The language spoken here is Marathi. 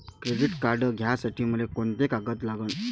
क्रेडिट कार्ड घ्यासाठी मले कोंते कागद लागन?